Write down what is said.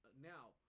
now